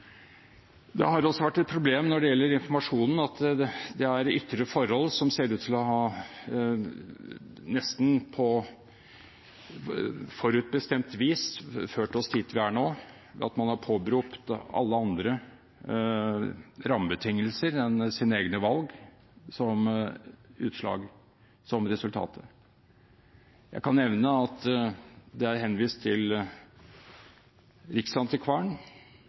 Det har også vært et problem når det gjelder informasjonen, at det er ytre forhold som nesten på forutbestemt vis ser ut til å ha ført oss dit vi er nå, at man har påberopt alle andre rammebetingelser enn sine egne valg som resultater. Jeg kan nevne at det er henvist til